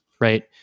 right